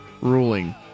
ruling